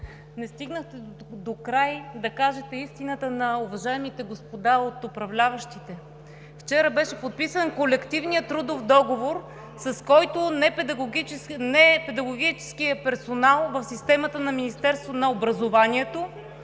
не стигнахте докрай да кажете истината на уважаемите господа от управляващите. Вчера беше подписан Колективният трудов договор, с който непедагогическият персонал в системата на Министерството на образованието